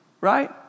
right